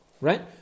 right